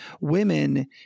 women